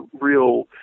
real